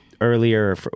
earlier